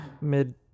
mid